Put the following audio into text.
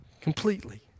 completely